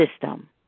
system